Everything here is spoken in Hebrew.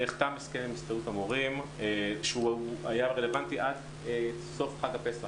נחתם הסכם עם הסתדרות המורים שהוא היה רלוונטי עד סוף חג הפסח.